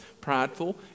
Prideful